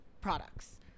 products